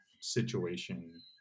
situation